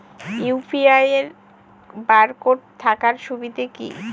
UPI এর barcode থাকার সুবিধে কি?